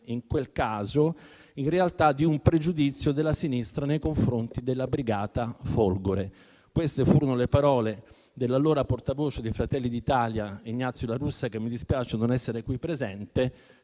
si trattasse in realtà di un pregiudizio della sinistra nei confronti della brigata Folgore. Queste furono le parole dell'allora portavoce di Fratelli d'Italia Ignazio La Russa, che mi dispiace non sia qui presente,